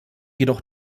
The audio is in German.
jedoch